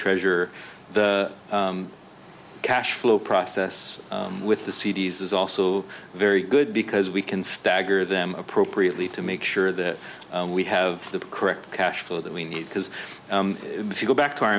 treasure the cash flow process with the c d s is also very good because we can stagger them appropriately to make sure that we have the correct cash flow that we need because if you go back to our